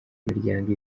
imiryango